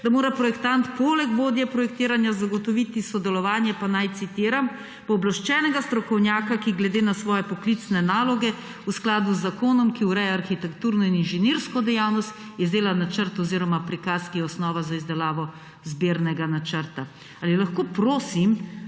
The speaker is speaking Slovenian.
da mora projektant poleg vodje projektiranja zagotoviti sodelovanje, pa naj citiram, »pooblaščenega strokovnjaka, ki glede na svoje poklicne naloge v skladu z zakonom, ki ureja arhitekturno in inženirsko dejavnost, izdela načrt oziroma prikaz, ki je osnova za izdelavo zbirnega načrta«. Ali lahko, prosim,